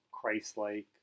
Christ-like